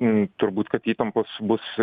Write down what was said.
m turbūt kad įtampos bus